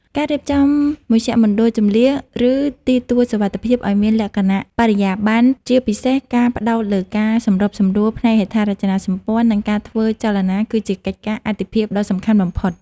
ការរៀបចំមជ្ឈមណ្ឌលជម្លៀស ឬទីទួលសុវត្ថិភាពឱ្យមានលក្ខណៈបរិយាបន្ន ជាពិសេសការផ្ដោតលើការសម្របសម្រួលផ្នែកហេដ្ឋារចនាសម្ព័ន្ធ និងការធ្វើចលនា គឺជាកិច្ចការអាទិភាពដ៏សំខាន់បំផុត